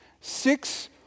Six